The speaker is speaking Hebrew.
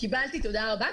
קיבלתי, תודה רבה.